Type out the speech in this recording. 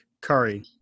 Curry